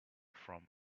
from